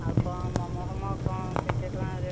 ଆଉ କ'ଣ ମୋମୋ ଫୋମୋ କ'ଣ କେତେ ଟଙ୍କା ରେଟ୍